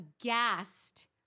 aghast